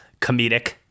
comedic